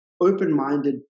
open-minded